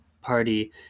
party